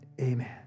Amen